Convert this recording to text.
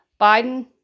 biden